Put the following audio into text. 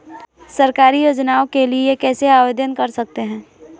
सरकारी योजनाओं के लिए कैसे आवेदन कर सकते हैं?